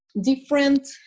Different